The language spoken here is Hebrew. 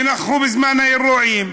שנכחו בזמן האירועים.